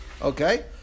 Okay